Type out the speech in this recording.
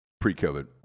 pre-COVID